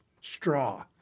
straw